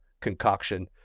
concoction